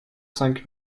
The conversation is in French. cinq